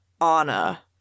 Anna